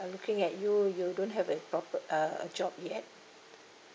uh looking at you you don't have a proper uh a job yet